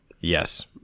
Yes